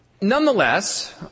Nonetheless